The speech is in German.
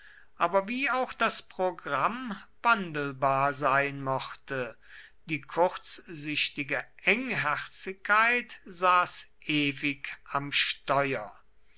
aber wie auch das programm wandelbar sein mochte die kurzsichtige engherzigkeit saß ewig am steuer